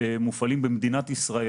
מופעלים במדינת ישראל,